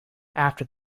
after